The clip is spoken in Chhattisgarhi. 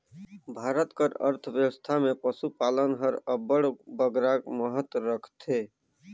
भारत कर अर्थबेवस्था में पसुपालन हर अब्बड़ बगरा महत रखथे